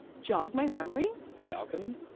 jog my memory. the balcony.